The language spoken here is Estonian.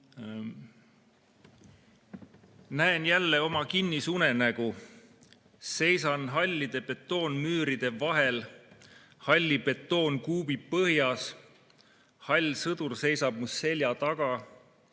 Näen jälle oma kinnisunenägu. Seisan hallide betoonmüüride vahel halli betoonkuubi põhjas. Hall sõdur seisab mu selja taga.